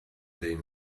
they